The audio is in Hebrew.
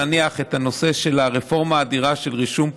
להניח את הנושא של הרפורמה האדירה של רישום פלילי,